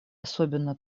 особенно